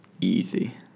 easy